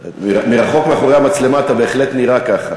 מרחוק, מאחורי המצלמה אתה בהחלט נראה ככה.